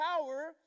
power